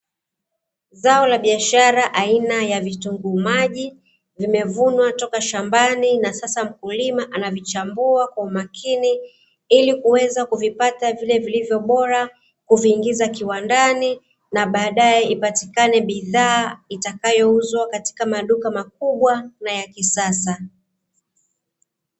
Zao la biashara aina ya vitunguu maji limevunwa toka shambani na sasa mkulima anavichambua kwa umakini, ili kuvipata vile vilivyo bora kuviingiza kiwandani, na baadae ipatikane bidhaa itakayouzwa katika duka makubwa na ya kisasa.